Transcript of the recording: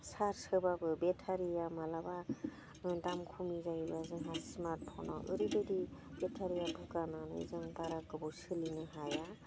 charge होबाबो बेथारिया माब्लाबा दाम खमनि जायोबा जोंहा स्मार्टफ'ना ओरैबायदि बेथारिया बुगानानै जों बारा गोबाव सोलिनो हाया